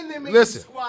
listen